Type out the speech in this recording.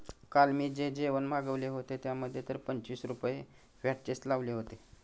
काल मी जे जेवण मागविले होते, त्यामध्ये तर पंचवीस रुपये व्हॅटचेच लावले होते